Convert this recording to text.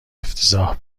افتضاح